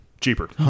cheaper